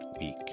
week